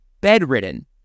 bedridden